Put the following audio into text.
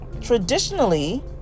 traditionally